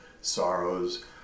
sorrows